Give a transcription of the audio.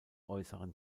äußeren